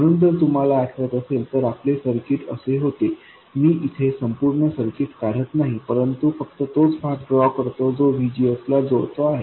म्हणून जर तुम्हाला आठवत असेल तर आपले सर्किट असे होते मी इथे संपूर्ण सर्किट काढत नाही परंतु फक्त तोच भाग ड्रॉ करतो जो VGSला जोडतो आहे